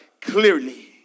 clearly